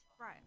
right